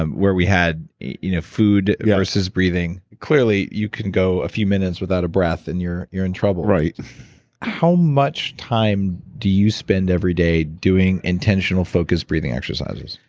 where we had you know food versus breathing. clearly, you can go a few minutes without a breath and you're you're in trouble right how much time do you spend every day doing intentional focused breathing exercises?